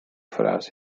frasi